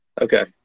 Okay